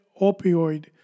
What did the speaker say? opioid